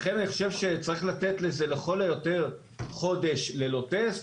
לכן אני חושב שצריך לתת לזה לכל היותר חודש ללא טסט,